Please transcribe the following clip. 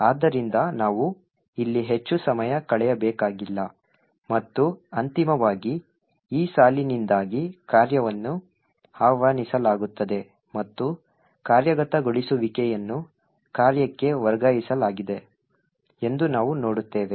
ಆದ್ದರಿಂದ ನಾವು ಇಲ್ಲಿ ಹೆಚ್ಚು ಸಮಯ ಕಳೆಯಬೇಕಾಗಿಲ್ಲ ಮತ್ತು ಅಂತಿಮವಾಗಿ ಈ ಸಾಲಿನಿಂದಾಗಿ ಕಾರ್ಯವನ್ನು ಆಹ್ವಾನಿಸಲಾಗುತ್ತದೆ ಮತ್ತು ಕಾರ್ಯಗತಗೊಳಿಸುವಿಕೆಯನ್ನು ಕಾರ್ಯಕ್ಕೆ ವರ್ಗಾಯಿಸಲಾಗಿದೆ ಎಂದು ನಾವು ನೋಡುತ್ತೇವೆ